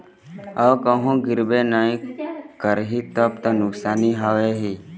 अऊ कहूँ गिरबे नइ करही तब तो नुकसानी हवय ही